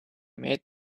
made